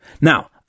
Now